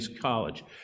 college